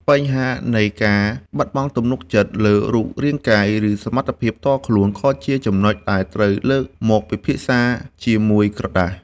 បញ្ហានៃការបាត់បង់ទំនុកចិត្តលើរូបរាងកាយ ឬសមត្ថភាពផ្ទាល់ខ្លួន ក៏ជាចំណុចដែលត្រូវលើកមកពិភាក្សាជាមួយក្រដាស។